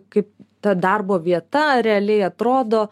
kaip ta darbo vieta realiai atrodo